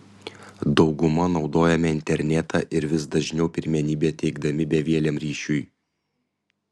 dauguma naudojame internetą ir vis dažniau pirmenybę teikdami bevieliam ryšiui